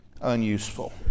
unuseful